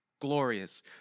glorious